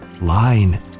line